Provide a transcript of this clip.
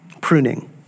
pruning